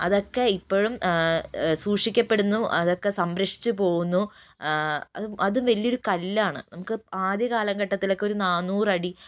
അതൊക്കെ ഇപ്പഴും സൂക്ഷിക്കപ്പെടുന്നു അതൊക്കെ സംരക്ഷിച്ചുപോകുന്നു ആ അതും വലിയൊരു കല്ലാണ് നമുക്ക് ആദ്യകാലഘട്ടത്തിലൊക്കെ ഒരു നാന്നൂറടി